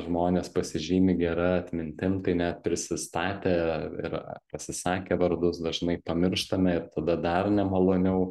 žmonės pasižymi gera atmintim tai net prisistatę ir pasisakę vardus dažnai pamirštame ir tada dar nemaloniau